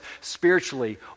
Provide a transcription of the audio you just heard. spiritually